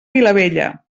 vilavella